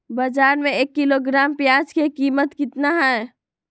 बाजार में एक किलोग्राम प्याज के कीमत कितना हाय?